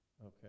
Okay